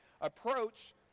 approach